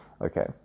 Okay